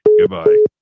Goodbye